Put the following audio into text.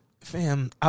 Fam